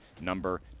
number